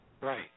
Right